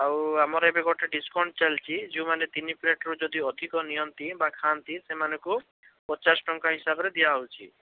ଆଉ ଆମର ଏବେ ଗୋଟେ ଡିସ୍କାଉଣ୍ଟ ଚାଲିଛି ଯେଉଁମାନେ ତିନି ପ୍ଲେଟ୍ରୁ ଯଦି ଅଧିକ ନିଅନ୍ତି ବା ଖାଆନ୍ତି ସେମାନଙ୍କୁ ପଚାଶ ଟଙ୍କା ହିସାବରେ ଦିଆହେଉଛି